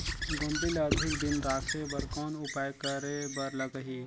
गोंदली ल अधिक दिन राखे बर कौन उपाय करे बर लगही?